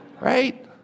right